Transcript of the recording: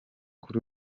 kuri